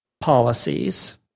policies